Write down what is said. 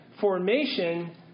formation